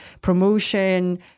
promotion